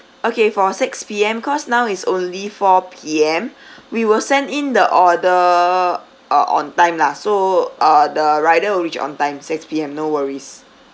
okay for six P_M cause now it's only four P_M we will send in the order uh on time lah so uh the rider will reach on time six P_M no worries